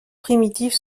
primitives